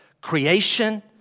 Creation